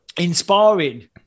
inspiring